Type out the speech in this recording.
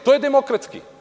To je demokratski.